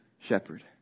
shepherd